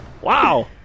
Wow